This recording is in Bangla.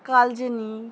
কালচিনি